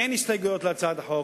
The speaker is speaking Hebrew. אין הסתייגויות להצעת החוק.